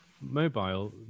mobile